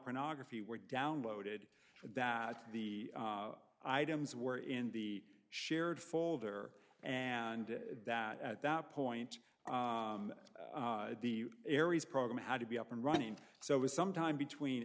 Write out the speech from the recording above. pornography were downloaded that the items were in the shared folder and that at that point the aries program how to be up and running so it was sometime between